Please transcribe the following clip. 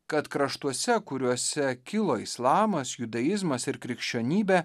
kad kraštuose kuriuose kilo islamas judaizmas ir krikščionybė